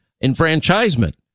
enfranchisement